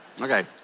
Okay